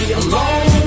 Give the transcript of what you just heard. alone